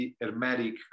hermetic